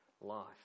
life